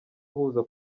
uhuza